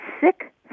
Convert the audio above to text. sick